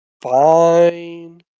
fine